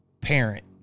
parent